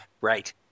right